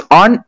on